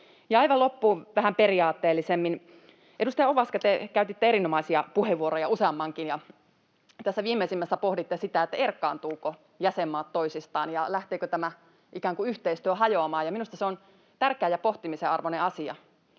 aivan loppuun vähän periaatteellisemmin: Edustaja Ovaska, te käytitte erinomaisia puheenvuoroja, useammankin, ja viimeisimmässä pohditte sitä, erkaantuvatko jäsenmaat toisistaan ja lähteekö tämä yhteistyö ikään kuin hajoamaan. Minusta se on tärkeä ja pohtimisen arvoinen asia.